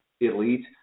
elite